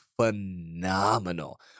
phenomenal